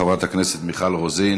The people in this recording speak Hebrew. חברת הכנסת מיכל רוזין,